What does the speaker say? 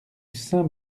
saint